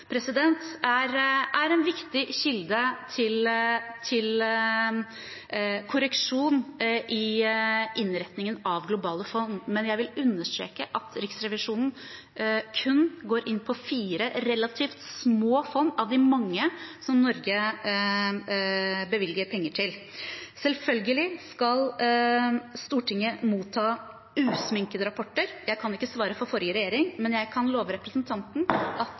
er en viktig kilde til korreksjon i innretningen av globale fond, men jeg vil understreke at Riksrevisjonen kun går inn på fire relativt små fond av de mange som Norge bevilger penger til. Selvfølgelig skal Stortinget motta usminkede rapporter. Jeg kan ikke svare for forrige regjering, men jeg kan love representanten at